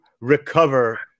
recover